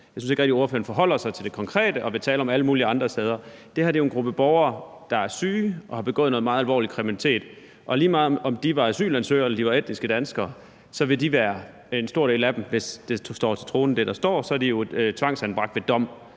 jeg synes ikke rigtig, at ordføreren forholder sig til det konkrete, men hellere vil tale om alle mulige andre ting. Der er jo her tale om en gruppe borgere, der er syge og har begået noget meget alvorlig kriminalitet, og lige meget om de er asylansøgere eller etniske danskere, så vil en stor del af dem – hvis det, der står, står til troende – være tvangsanbragt ved dom,